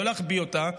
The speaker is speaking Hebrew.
לא להחביא אותה,